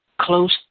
close